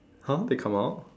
!huh! they come out